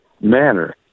manner